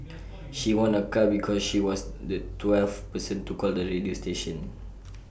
she won A car because she was the twelfth person to call the radio station